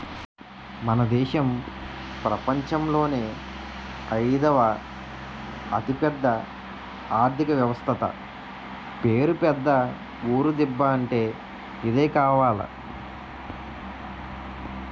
మన దేశం ప్రపంచంలోనే అయిదవ అతిపెద్ద ఆర్థిక వ్యవస్థట పేరు పెద్ద ఊరు దిబ్బ అంటే ఇదే కావాల